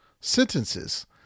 sentences